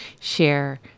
share